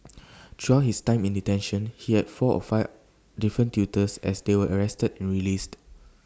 throughout his time in detention he had four or five different tutors as they were arrested and released